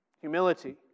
Humility